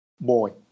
boy